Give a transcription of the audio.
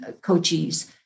coaches